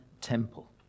temple